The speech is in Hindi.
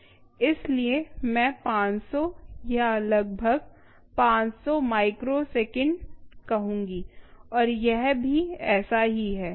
इसलिए मैं 500 या लगभग 500 माइक्रोसेकंड कहूँगी और यह भी ऐसा ही है